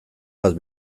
bat